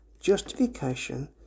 Justification